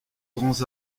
grands